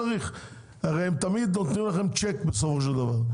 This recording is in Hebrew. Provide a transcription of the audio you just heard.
הרי תמיד הם נותנים לכם צ'ק בסופו של דבר,